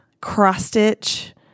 cross-stitch